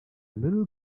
little